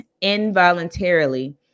involuntarily